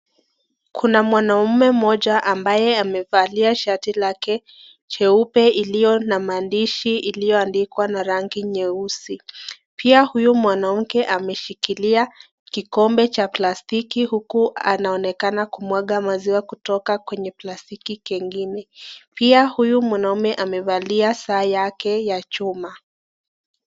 Kuna mwanaume mmoja ambaye amevalia shati jeupe iliyo na maandishi iliyo andikwa na rangi nyeusi. Pia huyu mwanaume ameshikilia kikombe cha plastiki huku anaonekana kumwaga maziwa kutoka kwenye plastiki nyingine. Pia huyu mwanaume amevalia saa yake ya chuma.